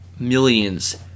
Millions